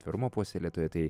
tvarumo puoselėtoja tai